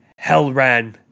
Hellran